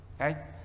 okay